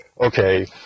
Okay